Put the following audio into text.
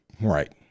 Right